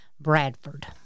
bradford